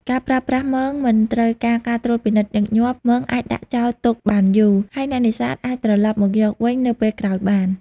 ការប្រើប្រាស់មងមិនត្រូវការការត្រួតពិនិត្យញឹកញាប់ មងអាចដាក់ចោលទុកបានយូរ ហើយអ្នកនេសាទអាចត្រឡប់មកយកវិញនៅពេលក្រោយបាន។